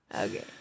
Okay